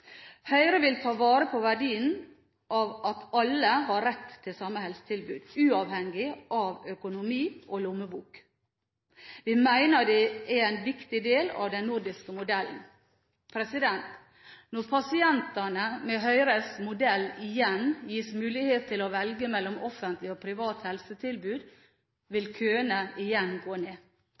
Høyre vil ta vare på verdien av at alle har rett til samme helsetilbud, uavhengig av økonomi og lommebok. Vi mener det er en viktig del av den nordiske modellen. Når pasientene med Høyres modell igjen gis mulighet til å velge mellom offentlig og privat helsetilbud, vil køene igjen gå ned.